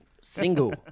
single